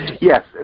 Yes